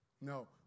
No